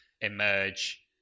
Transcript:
emerge